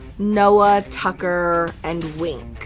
noah, tucker, and wink.